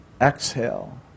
Exhale